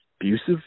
abusive